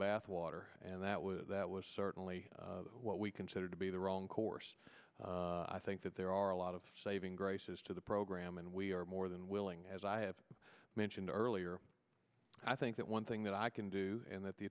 bathwater and that was that was certainly what we consider to be the wrong course i think that there are a lot of saving graces to the program and we are more than willing as i have mentioned earlier i think that one thing that i can do and that the